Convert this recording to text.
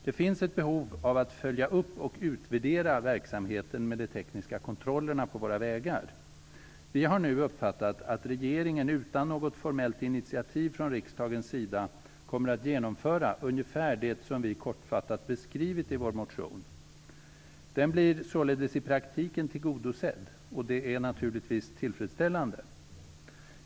Det finns ett behov av att följa upp och utvärdera verksamheten med de tekniska kontrollerna på våra vägar. Vi har nu uppfattat att regeringen utan något formellt initiativ från riksdagens sida kommer att genomföra ungefär det som vi kortfattat beskrivit i vår motion. Den blir således i praktiken tillgodosedd, och det är naturligtvis tillfredsställande.